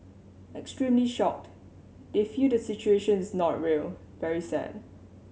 extremely shocked they feel the situation is not real very sad